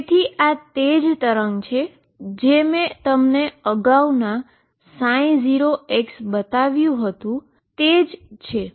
તેથી આ તે જ વેવ છે જે મેં તમને અગાઉ 0 બતાવ્યું હતું તે છે